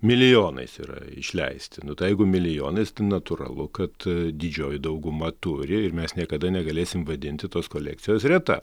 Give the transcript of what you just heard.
milijonais yra išleisti nu tai jeigu milijonais tai natūralu kad didžioji dauguma turi ir mes niekada negalėsim vadinti tos kolekcijos reta